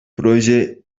proje